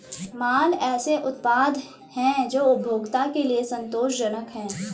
माल ऐसे उत्पाद हैं जो उपभोक्ता के लिए संतोषजनक हैं